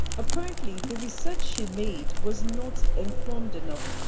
apparently, the research she'd made was not informed enough